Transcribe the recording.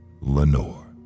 Lenore